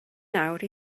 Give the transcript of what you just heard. nawr